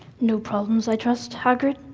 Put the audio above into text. no problems i trust, hagrid?